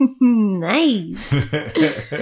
Nice